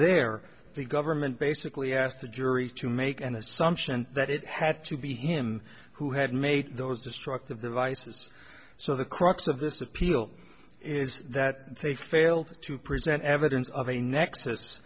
the government basically asked the jury to make an assumption that it had to be him who had made those destructive devices so the crux of this appeal is that they failed to present evidence of a nex